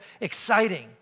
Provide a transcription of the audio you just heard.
exciting